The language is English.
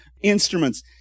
instruments